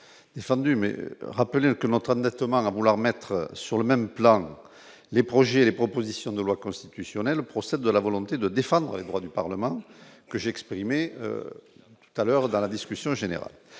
défendue mais rappelle que notre endettement vouloir mettre sur le même plan les projets et les propositions de loi constitutionnel procède de la volonté de défendre les droits du Parlement que j'exprimais tout à l'heure dans la discussion générale,